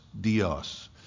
Dios